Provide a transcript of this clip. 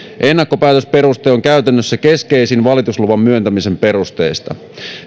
ennakkopäätösperuste on käytännössä keskeisin valitusluvan myöntämisen perusteista